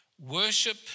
worship